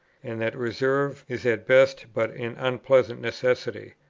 and that reserve is at best but an unpleasant necessity.